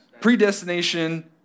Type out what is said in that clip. predestination